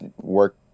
work